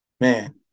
man